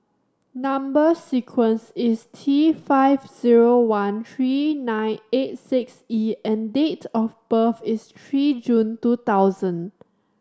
number sequence is T five zero one three nine eight six E and date of birth is three June two thousand